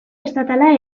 estatala